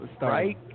Right